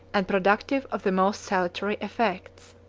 and productive of the most salutary effects.